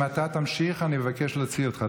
אם תמשיך, אני אבקש להוציא אותך.